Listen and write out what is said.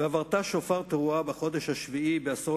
והעברת שופר תרועה בחדש השבעי בעשור